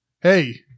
Hey